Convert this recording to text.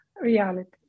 reality